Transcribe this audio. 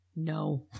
No